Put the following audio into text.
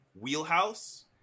wheelhouse